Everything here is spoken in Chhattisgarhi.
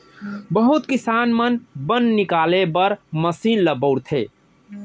बहुत किसान मन बन निकाले बर मसीन ल बउरथे